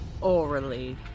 Orally